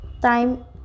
time